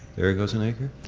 there goes an acre.